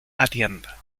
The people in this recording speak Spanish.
atienda